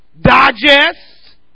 digest